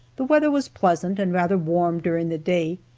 the weather was pleasant and rather warm during the day,